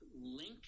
link